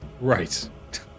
right